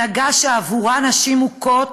הנהגה שעבורה נשים מוכות,